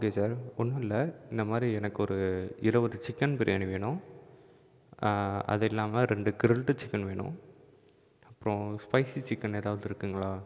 okay sir ஒன்னுல்லை இந்த மாதிரி எனக்கு ஒரு இருபது சிக்கன் பிரியாணி வேணும் அதுயில்லாமல் ரெண்டு கிர்ல்ட்டு சிக்கன் வேணும் அப்புறம் பைஸி சிக்கன்னு ஏதாவது இருக்குதுங்களா